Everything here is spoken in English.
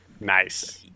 nice